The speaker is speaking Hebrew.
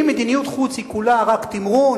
אם מדיניות חוץ היא כולה רק תמרון,